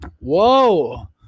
Whoa